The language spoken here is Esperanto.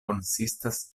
konsistas